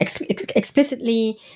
explicitly